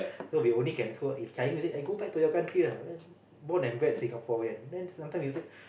so we only can scold if Chinese say go back to your country lah born and bred Singaporean then sometimes we say